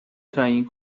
تعیین